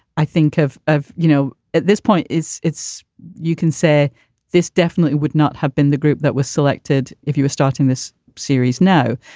i think of, you know, at this point is it's you can say this definitely would not have been the group that was selected if you were starting this series. no.